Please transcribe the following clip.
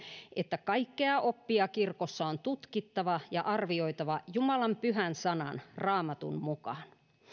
että kaikkea oppia kirkossa on tutkittava ja arvioitava jumalan pyhän sanan raamatun mukaan